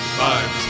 five